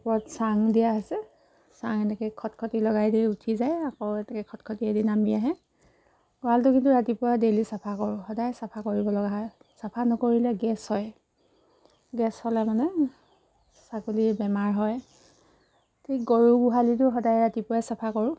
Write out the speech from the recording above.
ওপৰত চাং দিয়া হৈছে চাং এনেকৈ খটখটি লগাই দিয়ে উঠি যায় আকৌ এনেকৈ খটখটিয়ে দি নামি আহে গঁৰালটো কিন্তু ৰাতিপুৱা ডেইলি চাফা কৰোঁ সদায় চাফা কৰিব লগা হয় চাফা নকৰিলে গেছ হয় গেছ হ'লে মানে ছাগলীৰ বেমাৰ হয় ঠিক গৰু গোহালিতো সদায় ৰাতিপুৱাই চাফা কৰোঁ